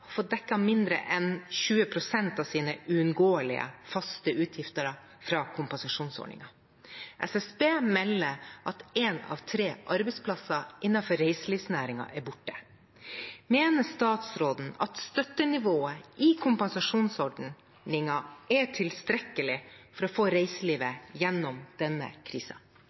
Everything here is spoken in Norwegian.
fått dekket under 20 pst. av sine uunngåelige faste utgifter fra kompensasjonsordningen. SSB melder at 1 av 3 arbeidsplasser innen reiselivsnæringen er borte. Mener statsråden at støttenivået i kompensasjonsordningen er tilstrekkelig for å få reiselivet gjennom denne